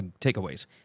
takeaways